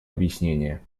объяснения